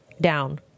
Down